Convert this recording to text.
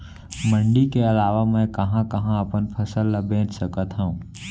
मण्डी के अलावा मैं कहाँ कहाँ अपन फसल ला बेच सकत हँव?